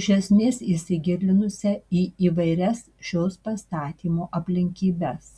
iš esmės įsigilinusią į įvairias šios pastatymo aplinkybes